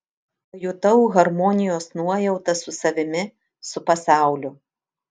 pajutau harmonijos nuojautą su savimi su pasauliu